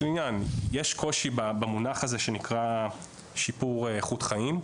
עניין יש קושי במונח הזה שנקרא "שיפור איכות חיים",